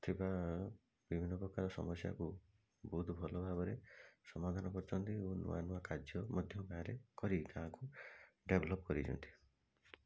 ଥିବା ବିଭିନ୍ନ ପ୍ରକାର ସମସ୍ୟାକୁ ବହୁତ ଭଲ ଭାବରେ ସମାଧାନ କରୁଛନ୍ତି ଏବଂ ନୂଆ ନୂଆ କାର୍ଯ୍ୟ ମଧ୍ୟ ଗାଁରେ କରାଇ ତାହାକୁ ଡେଭଲପ୍ କରାଇ ଦିଅନ୍ତି